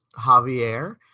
Javier